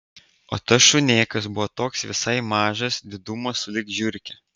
o tas šunėkas buvo toks visai mažas didumo sulig žiurke